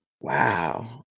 Wow